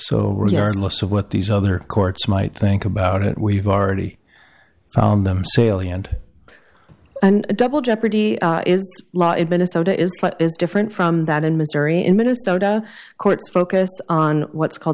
so regardless of what these other courts might think about it we've already found them salient and a double jeopardy law in minnesota is is different from that in missouri in minnesota courts focus on what's called